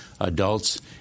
adults